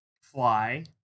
fly